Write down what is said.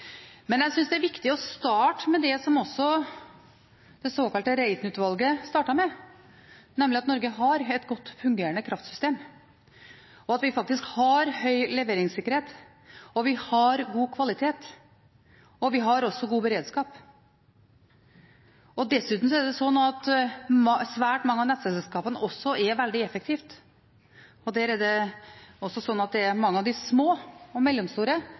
Men jeg synes det er viktig å starte med det som også det såkalte Reiten-utvalget startet med, nemlig at Norge har et godt fungerende kraftsystem. Vi har høy leveringssikkerhet, vi har god kvalitet, og vi har også god beredskap. Dessuten er svært mange av nettselskapene også veldig effektive, og det er også slik at det er mange av de små og mellomstore